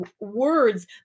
words